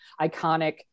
iconic